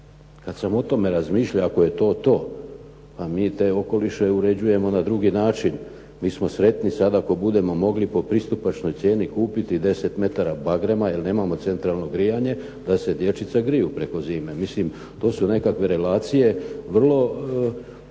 Kada sam o tome razmišljao ako je to, to, a mi te okoliše uređujemo na drugi način. Mi smo sretni sada ako budemo mogli po pristupačnoj cijeni kupiti 10 metara bagrema jer nemamo centralno grijanje, da se dječica griju preko zime. Mislim to su nekakve relacije vrlo